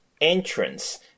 Entrance